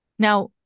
Now